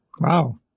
wow